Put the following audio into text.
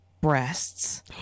breasts